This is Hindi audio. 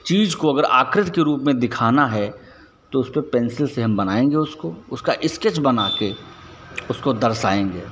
चीज को अगर आकृति के रूप में दिखाना है तो उसको पेंसिल से हम बनाएंगे उसको उसका स्केच बना के उसको दर्शाएंगे